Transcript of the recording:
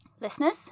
Listeners